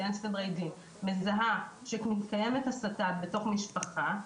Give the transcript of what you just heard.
לסדרי דין מזהה שמתקיימת הסתה בתוך משפחה,